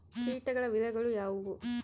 ಕೇಟಗಳ ವಿಧಗಳು ಯಾವುವು?